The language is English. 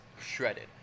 shredded